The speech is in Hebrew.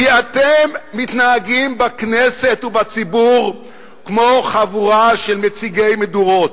כי אתם מתנהגים בכנסת ובציבור כמו חבורה של מציתי מדורות.